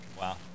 Wow